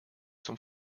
zum